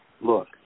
look